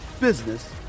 business